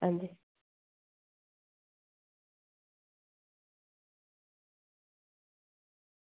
अंजी